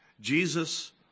Jesus